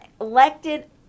elected